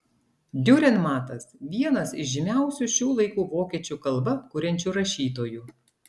diurenmatas vienas iš žymiausių šių laikų vokiečių kalba kuriančių rašytojų